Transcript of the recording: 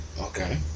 Okay